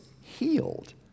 healed